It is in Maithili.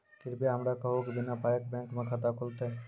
कृपया हमरा कहू कि बिना पायक बैंक मे खाता खुलतै?